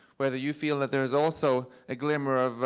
whether you feel that there is also a glimmer of